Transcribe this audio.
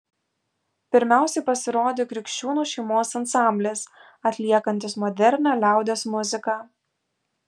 pirmiausiai pasirodė kriščiūnų šeimos ansamblis atliekantis modernią liaudies muziką